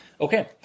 Okay